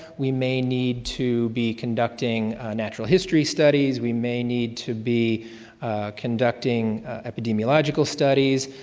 we may need to be conducting natural history studies. we may need to be conducting epidemiological studies,